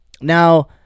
Now